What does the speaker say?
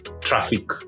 traffic